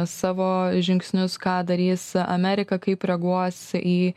savo žingsnius ką darys amerika kaip reaguos į